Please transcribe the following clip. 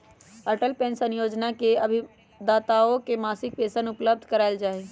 Atal pension Yojana में अभिदाताओं के मासिक पेंशन उपलब्ध करावल जाहई